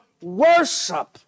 worship